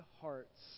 hearts